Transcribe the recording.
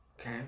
okay